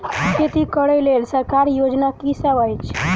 खेती करै लेल सरकारी योजना की सब अछि?